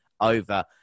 over